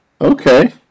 Okay